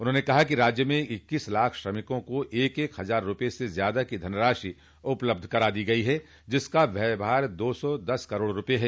उन्होंने कहा कि राज्य में इक्कीस लाख श्रमिकों को एक एक हजार रूपये से ज्यादा की धनराशि उपलब्ध करा दी गई है जिसका व्यय भार दो सौ दस करोड़ रूपये हैं